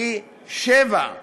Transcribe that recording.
פי-שבעה.